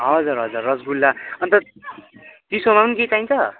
हजुर हजुर रस गुल्ला अन्त चिसोमा पनि केही चाहिन्छ